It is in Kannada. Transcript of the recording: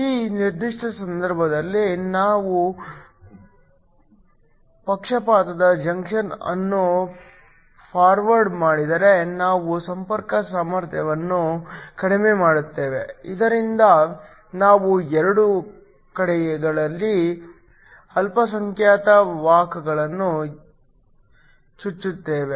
ಈ ನಿರ್ದಿಷ್ಟ ಸಂದರ್ಭದಲ್ಲಿ ನಾವು ಪಕ್ಷಪಾತದ ಜಂಕ್ಷನ್ ಅನ್ನು ಫಾರ್ವರ್ಡ್ ಮಾಡಿದರೆ ನಾವು ಸಂಪರ್ಕ ಸಾಮರ್ಥ್ಯವನ್ನು ಕಡಿಮೆ ಮಾಡುತ್ತೇವೆ ಇದರಿಂದ ನಾವು ಎರಡೂ ಕಡೆಗಳಲ್ಲಿ ಅಲ್ಪಸಂಖ್ಯಾತ ವಾಹಕಗಳನ್ನು ಚುಚ್ಚುತ್ತೇವೆ